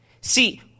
See